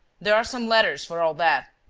there are some letters, for all that.